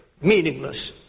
meaningless